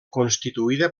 constituïda